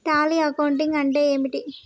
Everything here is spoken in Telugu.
టాలీ అకౌంటింగ్ అంటే ఏమిటి?